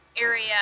area